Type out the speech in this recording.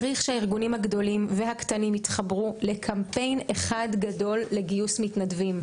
צריך שהארגונים הגדולים והקטנים יתחברו לקמפיין אחד גדול לגיוס מתנדבים,